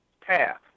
path